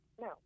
no